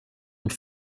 und